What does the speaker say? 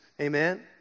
Amen